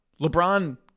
LeBron